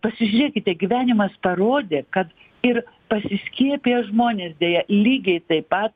pasižiūrėkite gyvenimas parodė kad ir pasiskiepiję žmonės deja lygiai taip pat